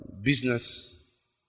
business